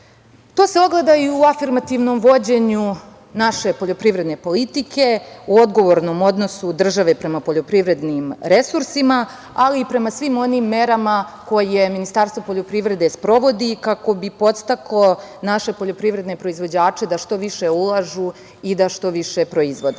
To se ogleda i u afirmativnom vođenju naše poljoprivredne politike, u odgovornom odnosu države prema poljoprivrednim resursima, ali i prema svim onim merama koje Ministarstvo poljoprivrede sprovodi kako bi podstaklo naše poljoprivredne proizvođače da što više ulažu i da što više proizvode. Važnost